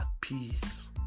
peace